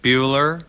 Bueller